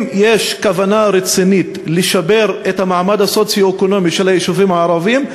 אם יש כוונה רצינית לשפר את המעמד הסוציו-אקונומי של היישובים הערביים,